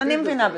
אני מבינה בזה.